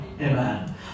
Amen